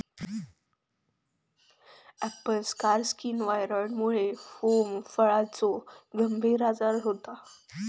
Apple scar skin व्हायरॉइडमुळा pome फळाचो गंभीर आजार होता